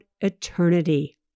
eternity